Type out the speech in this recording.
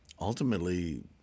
ultimately